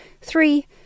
Three